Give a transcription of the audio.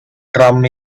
drum